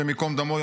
השם ייקום דמו,